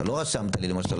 לא רשמת לי למשל,